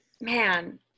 man